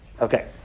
Okay